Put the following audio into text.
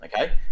Okay